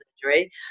surgery